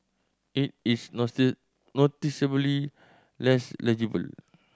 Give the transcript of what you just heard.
it is noticeably less legible